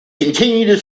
continue